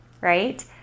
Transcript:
right